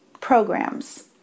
programs